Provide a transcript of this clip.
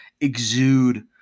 exude